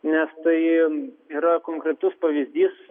nes tai yra konkretus pavyzdys